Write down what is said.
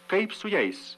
kaip su jais